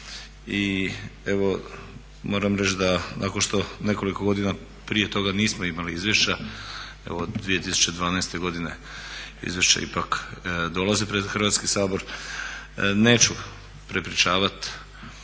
i evo moram reći da nakon što nekoliko godina prije toga nismo imali izvješća, evo 2012. godine izvješće ipak dolazi pred Hrvatski sabor. Neću prepričavat